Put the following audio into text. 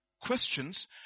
questions